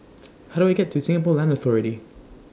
How Do I get to Singapore Land Authority